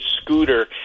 scooter